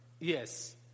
Yes